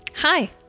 Hi